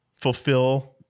fulfill